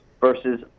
Versus